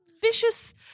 vicious